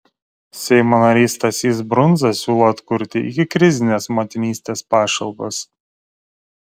seimo narys stasys brundza siūlo atkurti ikikrizines motinystės pašalpas